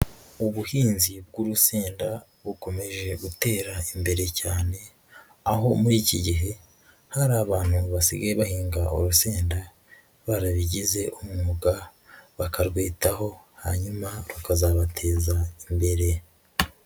Ubuhinzi bw'urusenda, bukomeje gutera imbere cyane. Aho muri iki gihe, hari abantu basigaye bahinga urusenda, barabigize umwuga bakarwitaho, hanyuma rukazabateza imbere.